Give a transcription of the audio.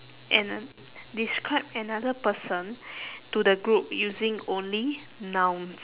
and describe another person to the group using only nouns